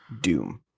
Doom